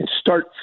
start